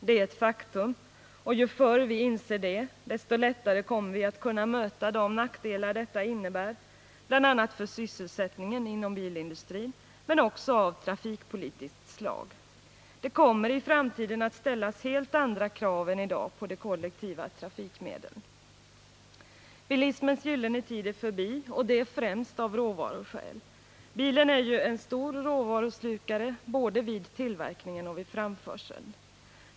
Det är ett faktum, och ju förr vi inser det, desto lättare kommer vi att kunna möta de nackdelar detta innebär, bl.a. för sysselsättningen inom bilindustrin, men det innebär också nackdelar av trafikpolitiskt slag. Det kommer i framtiden att ställas helt andra krav än i dag på de kollektiva trafikmedlen. Bilismens gyllene tid är som sagt förbi, och det är främst av råvaruskäl. Bilen är ju en stor råvaruslukare både vid tillverkningen och vid framförseln.